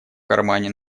кармане